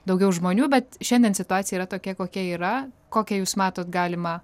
daugiau žmonių bet šiandien situacija yra tokia kokia yra kokią jūs matot galimą